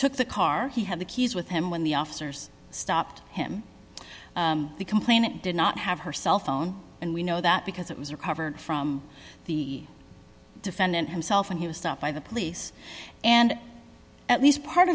took the car he had the keys with him when the officers stopped him the complainant did not have her cell phone and we know that because it was recovered from the defendant himself and he was stopped by the police and at least part